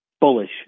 bullish